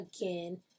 again